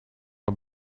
een